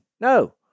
No